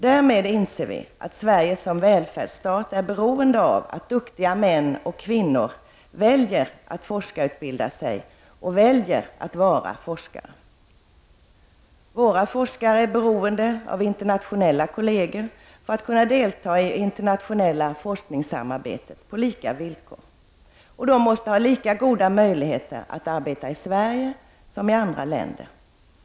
Därmed inser vi att Sverige som välfärdsstat är beroende av att duktiga män och kvinnor väljer att utbilda sig till forskare och väljer att vara forskare. Våra forskare är beroende av internationella kolleger för att delta i internationellt forskningssamarbete på lika villkor. De måste ha lika goda möjligheter att arbeta i Sverige som i andra länder.